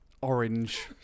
orange